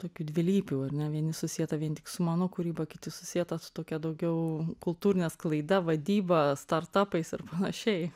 tokių dvilypių ar ne vieni susieta vien tik su mano kūryba kiti susieta su tokia daugiau kultūrine sklaida vadyba startapais ir panašiai